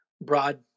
broad